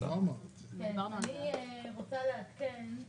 אני רוצה לעדכן,